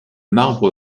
marbre